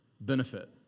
benefit